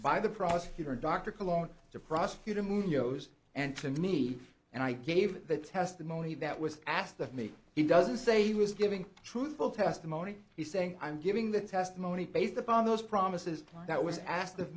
by the prosecutor dr cologne the prosecutor munoz and to me and i gave the testimony that was asked of me he doesn't say he was giving truthful testimony he's saying i'm giving the testimony based upon those promises that was ask